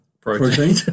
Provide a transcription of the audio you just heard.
protein